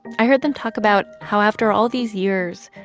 i heard them talk about how after all these years,